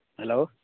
hello